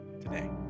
today